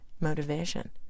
motivation